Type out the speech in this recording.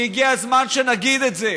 כי הגיע הזמן שנגיד את זה: